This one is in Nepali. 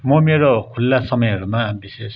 म मेरो खुल्ला समयहरूमा विशेष